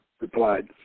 replied